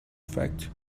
fact